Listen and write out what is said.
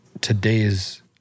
today's